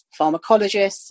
pharmacologists